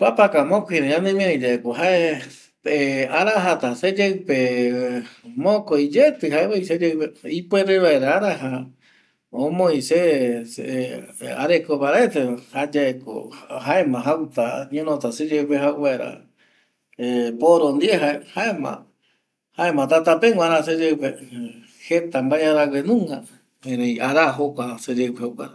Papaka mocoire ya ne miari ye ko jae arajat seyeipe mocoi yeti jae voy seyeipe ipuere vaera raja omoi se ve areko paraeteva jayae ko jaema jauta vaera poro ndie jaema jeta ara seyeipe.